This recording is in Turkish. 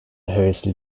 hevesli